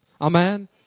Amen